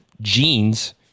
jeans